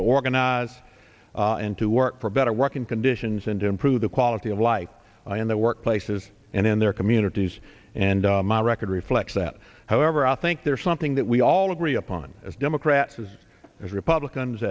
to organize and to work for better working conditions and improve the quality of life in their workplaces and in their communities and my record reflects that however i think there is something that we all agree upon as democrats as republicans